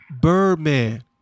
Birdman